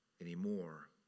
anymore